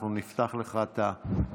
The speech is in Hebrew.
אנחנו נפתח לך את המיקרופון.